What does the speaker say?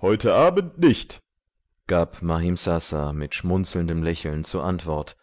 heute abend nicht gab mahimsasa mit schmunzelndem lächeln zur antwort